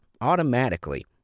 automatically